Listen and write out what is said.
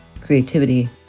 Creativity